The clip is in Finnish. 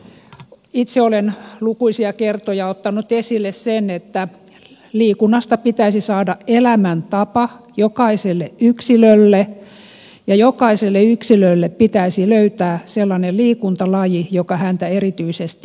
myös itse olen lukuisia kertoja ottanut esille sen että liikunnasta pitäisi saada elämäntapa jokaiselle yksilölle ja jokaiselle yksilölle pitäisi löytää sellainen liikuntalaji joka häntä erityisesti kiinnostaa